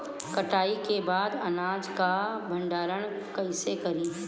कटाई के बाद अनाज का भंडारण कईसे करीं?